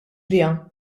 biha